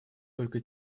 только